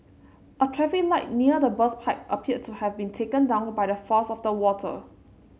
a traffic light near the burst pipe appeared to have been taken down by the force of the water